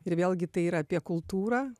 ir vėlgi tai yra apie kultūrą